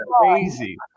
crazy